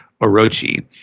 Orochi